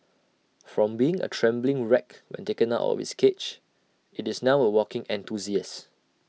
from being A trembling wreck when taken out of its cage IT is now A walking enthusiast